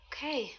Okay